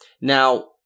Now